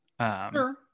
Sure